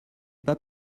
pas